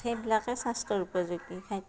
সেইবিলাকেই স্বাস্থ্যৰ উপযোগী খাদ্য